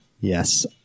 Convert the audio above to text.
Yes